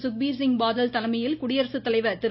சுக்பீர் சிங் பாதல் தலைமையில் குடியரசுத்தலைவர் திரு